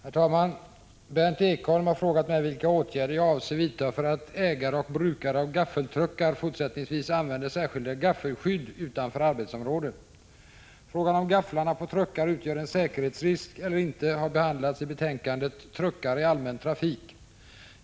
Herr talman! Berndt Ekholm har frågat mig vilka åtgärder jag avser vidta för att ägare och brukare av gaffeltruckar fortsättningsvis skall använda särskilda gaffelskydd utanför arbetsområde. Frågan om gafflarna på truckar utgör en säkerhetsrisk eller inte har behandlats i betänkandet Truckar i allmän trafik .